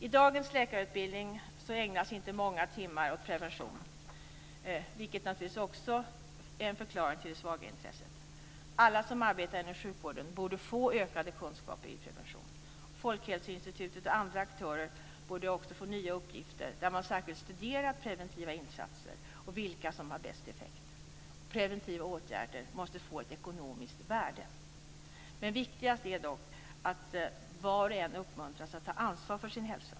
I dagens läkarutbildning ägnas inte många timmar åt prevention, vilket naturligtvis också är en förklaring till det svaga intresset. Alla som arbetar inom sjukvården borde få ökade kunskaper i prevention. Folkhälsoinstitutet och andra aktörer borde också få nya uppgifter där man särskilt studerar preventiva insatser och vilka som har bäst effekt. Preventiva åtgärder måste få ett ekonomiskt värde. Men viktigast är dock att var och en uppmuntras att ta ansvar för sin hälsa.